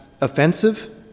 offensive